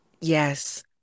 Yes